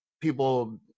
people